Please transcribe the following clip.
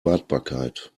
wartbarkeit